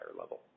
level